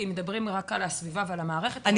כי מדברים רק על הסביבה ועל המערכת --- אני